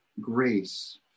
grace